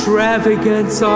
Extravagance